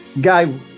Guy